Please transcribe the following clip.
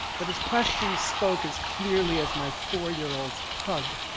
but his questions spoke as clearly as my four-year-old's hug.